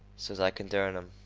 so's i kin dern em.